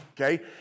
okay